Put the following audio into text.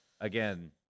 again